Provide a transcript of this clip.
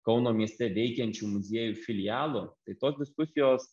kauno mieste veikiančių muziejų filialu tai tos diskusijos